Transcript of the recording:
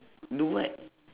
do what